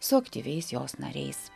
su aktyviais jos nariais